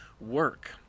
work